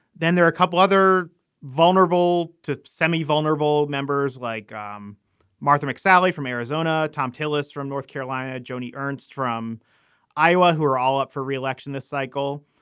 then there are a couple other vulnerable to semi vulnerable members like um martha mcsally from arizona. thom tillis from north carolina. joni ernst from iowa, who are all up for re-election this cycle.